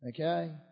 Okay